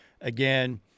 again